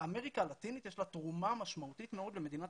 לאמריקה הלטינית יש תרומה משמעותית מאוד למדינת